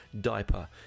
Diaper